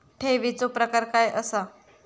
ठेवीचो प्रकार काय असा?